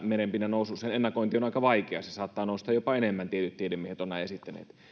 merenpinnan nousun ennakointi on aika vaikeaa se saattaa nousta jopa enemmän tietyt tiedemiehet ovat näin esittäneet